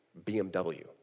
BMW